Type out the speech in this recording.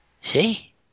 See